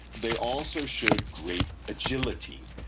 they also showed great agility.